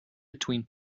between